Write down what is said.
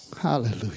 Hallelujah